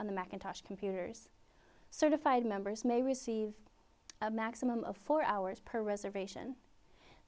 on the macintosh computers certified members may receive a maximum of four hours per reservation